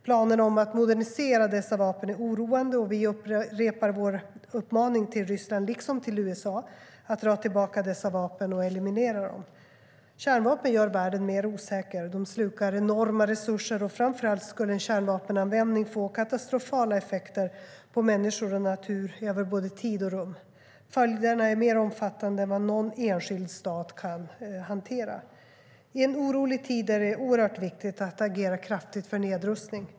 Planerna på att modernisera dessa vapen är oroande, och vi upprepar vår uppmaning till Ryssland, liksom till USA, att dra tillbaka dessa vapen och eliminera dem.I en orolig tid är det oerhört viktigt att agera kraftigt för nedrustning.